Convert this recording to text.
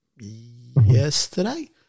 yesterday